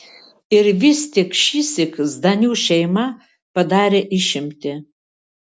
ir vis tik šįsyk zdanių šeima padarė išimtį